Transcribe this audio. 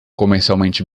comercialmente